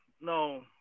no